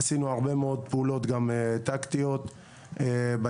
עשינו הרבה מאוד פעולות טקטיות בהיבט